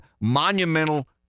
monumental